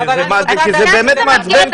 כי זה באמת מעצבן.